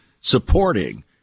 supporting